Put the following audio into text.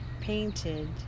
painted